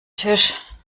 tisch